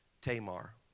Tamar